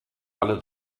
alle